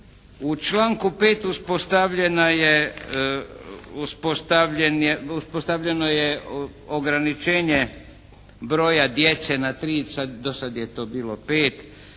U članku 5. uspostavljeno je ograničenje broja djece na 3, dosad je to bilo 5.